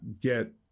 get